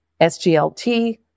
SGLT